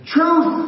Truth